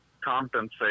compensate